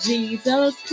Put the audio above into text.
Jesus